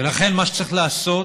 ולכן, מה שצריך לעשות